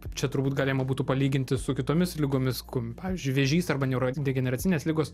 čia turbūt galima būtų palyginti su kitomis ligomis kum pavyzdžiui vėžys arba neurodegeneracinės ligos